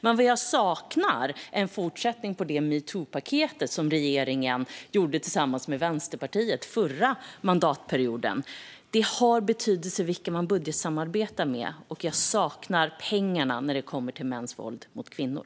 Men vad jag saknar är en fortsättning på det metoo-paket som regeringen lade fram tillsammans med Vänsterpartiet under förra mandatperioden. Det har betydelse vilka man budgetsamarbetar med. Jag saknar pengarna när det kommer till mäns våld mot kvinnor.